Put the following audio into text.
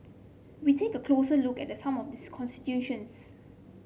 we take a closer look at some of these constituencies